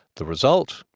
the result?